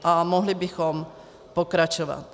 A mohli bychom pokračovat.